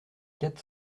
quatre